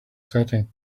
setting